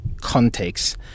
context